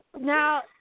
now